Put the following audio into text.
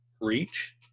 reach